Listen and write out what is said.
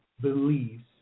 beliefs